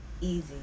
easy